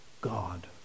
God